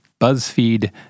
BuzzFeed